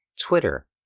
Twitter